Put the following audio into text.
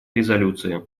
резолюции